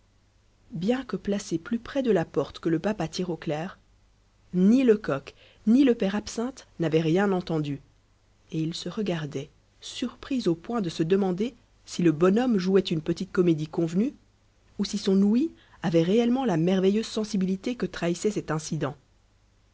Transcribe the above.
bien que placés plus près de la porte que le papa tirauclair ni lecoq ni le père absinthe n'avaient rien entendu et ils se regardaient surpris au point de se demander si le bonhomme jouait une petite comédie convenue ou si son ouïe avait réellement la merveilleuse sensibilité que trahissait cet incident